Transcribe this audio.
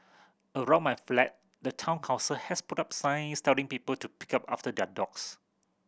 around my flat the Town Council has put up signs telling people to pick up after their dogs